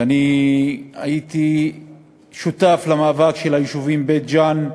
והייתי שותף למאבק של היישובים בית-ג'ן,